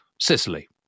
Sicily